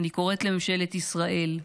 אני קוראת לממשלת ישראל,